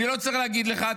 אני לא צריך להגיד לך,